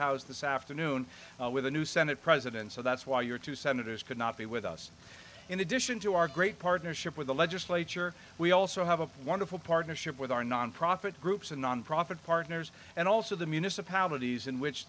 house this afternoon with a new senate president so that's why your two senators could not be with us in addition to our great partnership with the legislature we also have a wonderful partnership with our nonprofit groups and nonprofit partners and also the municipalities in which